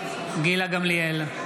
גמליאל,